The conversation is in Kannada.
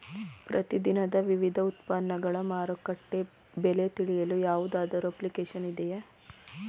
ಪ್ರತಿ ದಿನದ ವಿವಿಧ ಉತ್ಪನ್ನಗಳ ಮಾರುಕಟ್ಟೆ ಬೆಲೆ ತಿಳಿಯಲು ಯಾವುದಾದರು ಅಪ್ಲಿಕೇಶನ್ ಇದೆಯೇ?